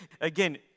Again